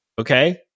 okay